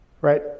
Right